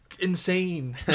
insane